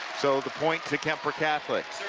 so the point to kuemper catholic.